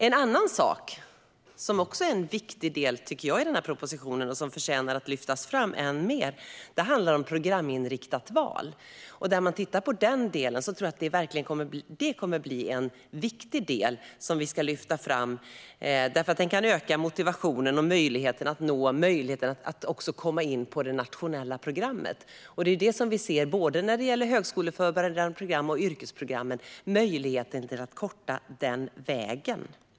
En annan sak som också är en viktig del i propositionen och som förtjänar att lyftas fram än mer handlar om programinriktat val. När jag tittar på den delen tror jag att det kommer att bli en viktig del som vi ska lyfta fram. Det kan öka motivationen och möjligheten att komma in på det nationella programmet. När det gäller både de högskoleförberedande programmen och yrkesprogrammen ser vi möjligheten att korta den vägen.